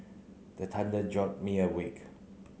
the thunder jolt me awake